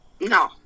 No